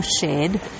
shared